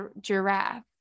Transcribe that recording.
Giraffe